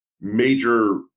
major